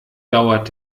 dauert